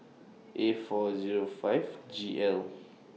A four Zero five G L